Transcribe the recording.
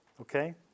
Okay